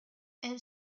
elle